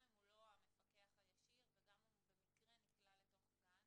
גם אם הוא לא המפקח הישיר וגם אם הוא במקרה נקלע לתוך גן